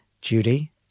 Judy